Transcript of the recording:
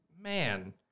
Man